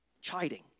chiding